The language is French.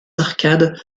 arcades